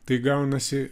tai gaunasi